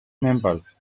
members